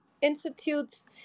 institutes